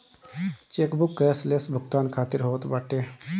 chequebook cashless भुगतान खातिर होत बाटे